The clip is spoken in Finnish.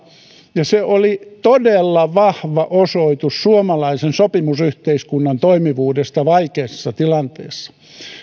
ja se oli todella vahva osoitus suomalaisen sopimusyhteiskunnan toimivuudesta vaikeassa tilanteessa